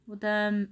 उता